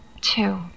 two